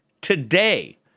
today